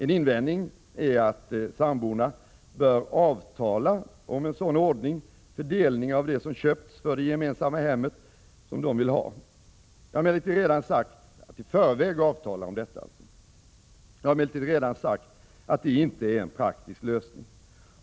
En invändning är att samborna i förväg bör avtala om en sådan ordning för delning av det som köpts för det gemensamma hemmet som de vill ha. Jag har emellertid redan sagt att det inte är en praktisk lösning.